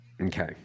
Okay